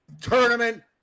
tournament